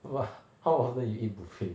!wah! how often you eat buffet